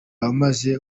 wamaze